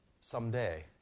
someday